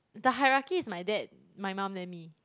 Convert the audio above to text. the hierarchy is my dad my mum then me